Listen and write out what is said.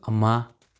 ꯑꯃ